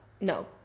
No